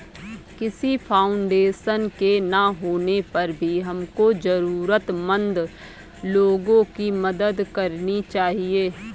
किसी फाउंडेशन के ना होने पर भी हमको जरूरतमंद लोगो की मदद करनी चाहिए